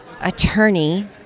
attorney